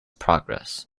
progress